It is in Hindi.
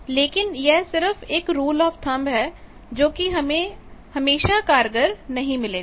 लेकिन यह सिर्फ एक रूल ऑफ़ थंब है जो कि हमेशा कारगर नहीं होता